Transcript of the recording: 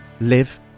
live